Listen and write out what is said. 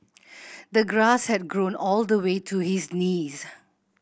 the grass had grown all the way to his knees